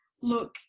look